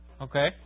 Okay